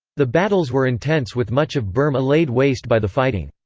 the battles were intense with much of burma laid waste by the fighting.